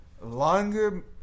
longer